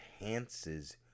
enhances